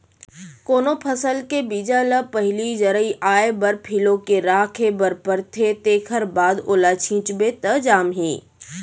कोनो फसल के बीजा ल पहिली जरई आए बर फिलो के राखे बर परथे तेखर बाद ओला छिंचबे त जामही